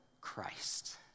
christ